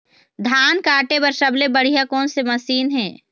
धान काटे बर सबले बढ़िया कोन से मशीन हे?